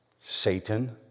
Satan